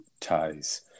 ties